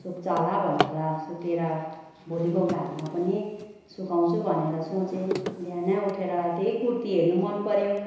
सुक्छ होला भनेर सुकेर भोलिको घाममा पनि सुकाउँछु भनेर सोचे बिहान उठेर त्यही कुर्ती हेर्नु मन पऱ्यो